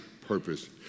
purpose